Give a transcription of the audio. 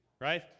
right